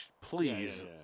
Please